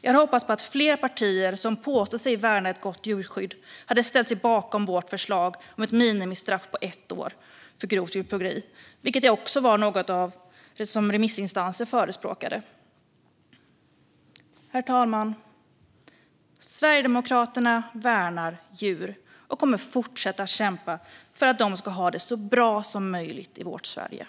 Jag hade hoppats på att fler partier som påstår sig värna ett gott djurskydd hade ställt sig bakom vårt förslag om ett minimistraff på ett år för grovt djurplågeri, vilket var något som även remissinstanser förespråkade. Herr talman! Sverigedemokraterna värnar djur och kommer att fortsätta kämpa för att de ska ha det så bra som möjligt i vårt Sverige.